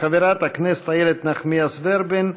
חברת הכנסת איילת נחמיאס ורבין,